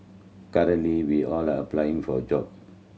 currently we all are applying for a job